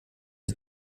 die